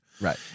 Right